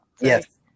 yes